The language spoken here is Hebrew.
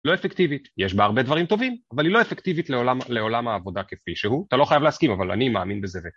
לא אפקטיבית, יש בה הרבה דברים טובים, אבל היא לא אפקטיבית לעולם העבודה כפי שהוא, אתה לא חייב להסכים אבל אני מאמין בזה ו...